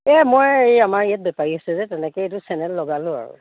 এই মই এই আমাৰ ইয়াত বেপাৰী আছে যে তেনেকৈ এইটো চেনেল লগালোঁ আৰু